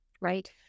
right